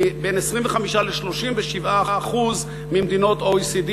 בין 25% ל-37% ממדינות ה-OECD,